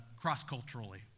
cross-culturally